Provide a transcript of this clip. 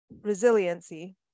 resiliency